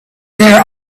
there